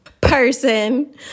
person